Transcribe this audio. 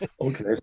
okay